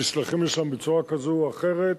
נשלחים לשם בצורה כזו או אחרת,